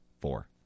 Four